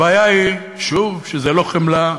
הבעיה היא, שוב, שזה לא חמלה,